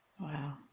Wow